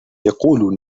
يقول